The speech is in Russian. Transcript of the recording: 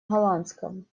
голландском